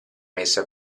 messa